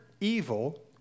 evil